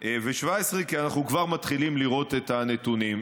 כי אנחנו כבר מתחילים לראות את הנתונים.